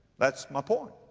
that's my point.